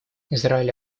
израиль